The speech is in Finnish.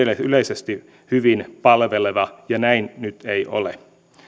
yleisesti hyvin palveleva ja näin nyt ei ole